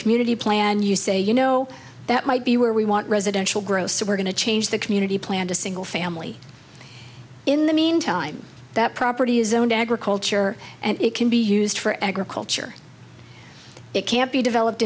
community plan you say you know that might be where we want residential growth so we're going to change the community plan to single family in the meantime that property is owned agriculture and it can be used for agriculture it can't be developed